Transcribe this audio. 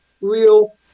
real